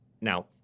now